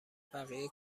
بقیه